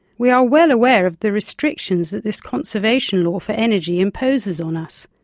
we are well aware of the restrictions that this conservation law for energy imposes on us.